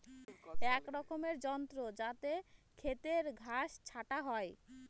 এক রকমের যন্ত্র যাতে খেতের ঘাস ছাটা হয়